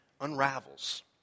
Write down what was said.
unravels